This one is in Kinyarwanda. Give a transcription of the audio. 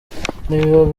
ntibiba